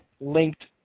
linked